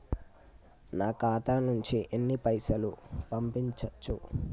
నా ఖాతా నుంచి ఎన్ని పైసలు పంపించచ్చు?